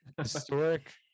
historic